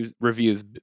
reviews